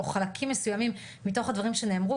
או חלקים מסוימים מתוך הדברים שנאמרו,